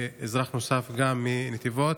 ואזרח נוסף מנתיבות.